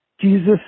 Jesus